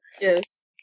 yes